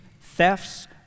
thefts